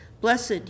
blessed